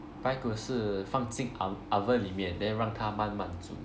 排骨是放进 o~ oven 里面 then 让它慢慢煮